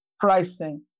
pricing